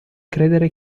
credere